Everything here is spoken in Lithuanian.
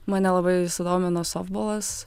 mane labai sudomino softbolas